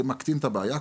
זה מקטין את הבעיה,